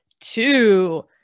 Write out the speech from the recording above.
two